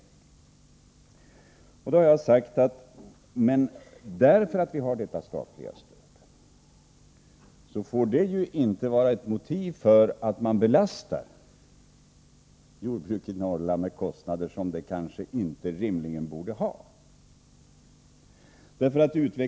Men att vi har detta statliga stöd får inte vara ett motiv för att man belastar jordbruket i Norrland med kostnader som det rimligen inte borde ha.